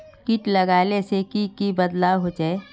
किट लगाले से की की बदलाव होचए?